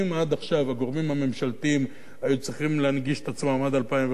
אם עד עכשיו הגורמים הממשלתיים היו צריכים להנגיש את עצמם עד 2015,